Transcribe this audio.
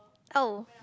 oh